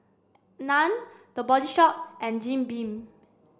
Nan The Body Shop and Jim Beam